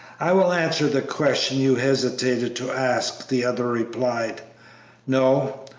i will answer the question you hesitate to ask, the other replied no,